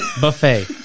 Buffet